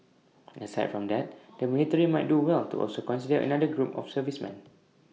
aside from that the military might do well to also consider another group of servicemen